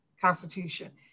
Constitution